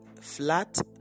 flat